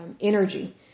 energy